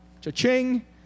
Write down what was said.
Cha-ching